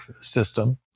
system